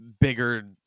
bigger